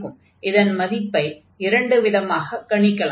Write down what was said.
இதன் மதிப்பை இரண்டு விதமாகக் கணிக்கலாம்